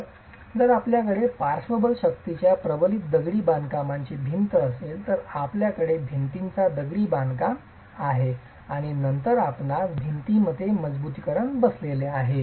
तर जर आपल्याकडे पार्श्वबल शक्तीच्या प्रबलित दगडी बांधकामाची भिंत असेल तर आपल्याकडे भिंतीचा दगडी बांधकाम भाग आहे आणि नंतर आपणास भिंतीमध्ये मजबुतीकरण बसलेले आहे